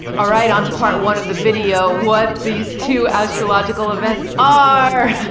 ah right. onto part one of the video, what these two astrological events are.